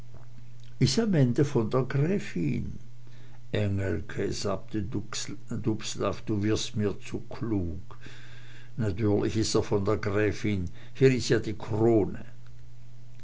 is am ende von der gräfin engelke sagte dubslav du wirst mir zu klug natürlich is er von der gräfin hier is ja die krone